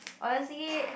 honestly